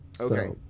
okay